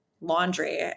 laundry